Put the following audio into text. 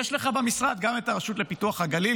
יש לך במשרד גם את הרשות לפיתוח הגליל,